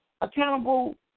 accountable